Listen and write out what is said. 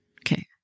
Okay